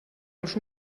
els